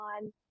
on